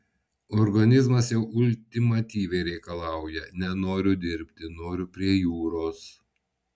organizmas jau ultimatyviai reikalauja nenoriu dirbti noriu prie jūros